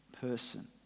person